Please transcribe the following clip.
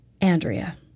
Andrea